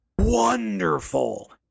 wonderful